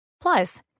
Plus